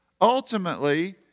Ultimately